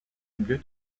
bleu